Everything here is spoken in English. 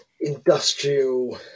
industrial